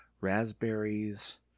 Raspberries